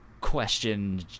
question